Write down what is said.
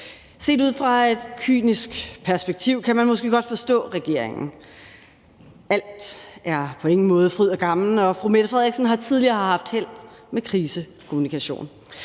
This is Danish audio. Set ud fra et kynisk perspektiv kan man måske godt forstå regeringen. Alt er på ingen måde fryd og gammen, og statsministeren har tidligere haft held med krisekommunikation.